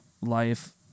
life